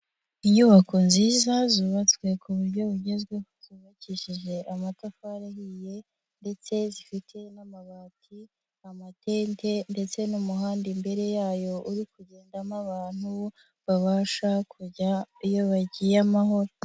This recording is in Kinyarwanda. Inyubako nziza zubatswe ku buryo bugezweho, zubakishije amatafarihiye ndetse zifite n'amabati, amatente ndetse n'umuhanda imbere yayo uri kugendamo abantu, babasha kujya iyo bagiye amahoro.